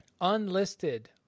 unlisted